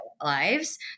lives